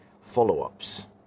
follow-ups